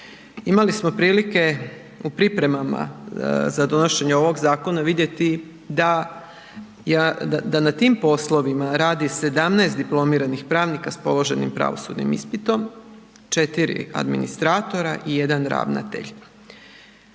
Imali smo prilike u pripremama za donošenje ovog zakona vidjeti da, da na tim poslovima radi 17 diplomiranih pravnika sa položenim pravosudnim ispitom, 4 administratora i 1 ravnatelj.